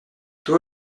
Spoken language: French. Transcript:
toi